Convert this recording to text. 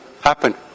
happen